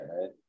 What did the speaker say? right